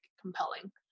compelling